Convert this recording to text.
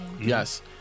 Yes